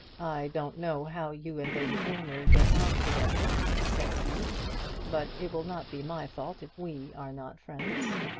i don't know how you and lady aylmer get on together, said he but it will not be my fault if we are not friends.